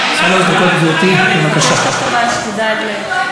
שסיעת מרצ מגינה עליו.